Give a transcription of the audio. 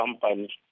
company